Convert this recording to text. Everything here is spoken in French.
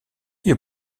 est